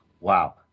Wow